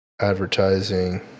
advertising